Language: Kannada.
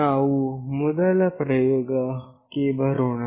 ನಾವು ಮೊದಲ ಪ್ರಯೋಗಕ್ಕೆ ಬರೋಣ